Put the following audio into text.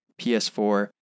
PS4